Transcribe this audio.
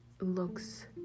looks